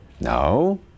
No